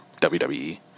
WWE